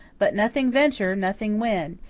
but nothing venture, nothing win.